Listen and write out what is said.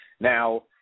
Now